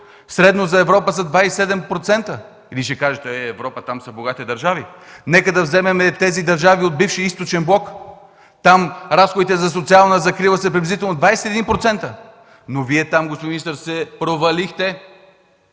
Средно за Европа са 27%. Вие ще кажете: „Е, Европа, там са богати държави!” Нека да вземем държавите от близкия Източен блок, там разходите за социална закрила са приблизително 21%, но Вие там, господин министър, се провалихте!